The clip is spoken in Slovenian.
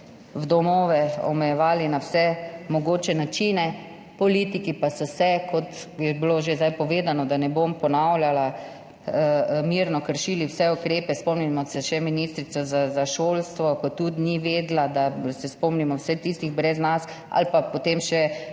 v domove, omejevali na vse mogoče načine. Politiki pa so, kot je bilo že povedano, da ne bom ponavljala, mirno kršili vse ukrepe. Spomnimo se še ministrica za šolstvo, ki tudi ni vedela, spomnimo se vseh tistih brez mask. Ali pa potem še